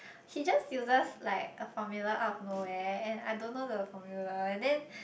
he just uses like a formula out of nowhere and I don't know the formula and then